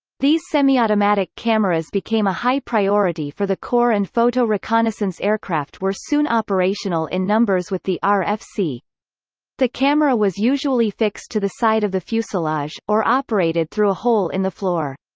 these semi-automatic cameras became a high priority for the corps and photo-reconnaissance aircraft were soon operational in numbers with the ah rfc. the camera was usually fixed to the side of the fuselage, or operated through a hole in the floor.